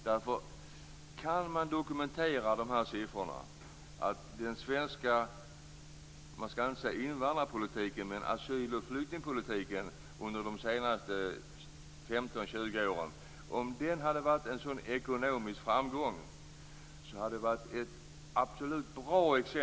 Det hade varit ett bra exempel på en lyckad politik att använda i debatten om det hade gått att dokumentera att den svenska asyl och flyktingpolitiken under de senaste 15-20 åren har varit en ekonomisk framgång.